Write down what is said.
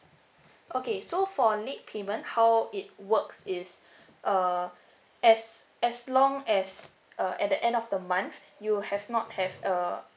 okay so for late payment how it works is uh as as long as uh at the end of the month you have not have uh